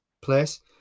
place